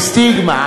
זו סטיגמה.